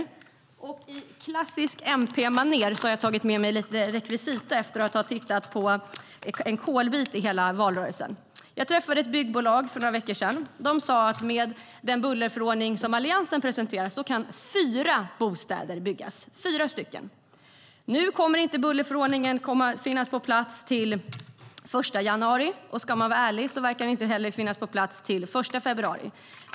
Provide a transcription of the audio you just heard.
Efter att ha tittat på en kolbit hela valrörelsen har jag på klassiskt MP-manér tagit med mig lite rekvisita i form av lego. Jag träffade för några veckor sedan ett byggbolag som talade om hur många bostäder som kan byggas med den bullerförordning som Alliansen presenterat. Se här - det är fyra bostäder. Nu kommer inte bullerförordningen att finnas på plats till den 1 januari, och ska man vara ärlig verkar den inte heller kunna finnas på plats till den 1 februari.